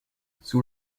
sous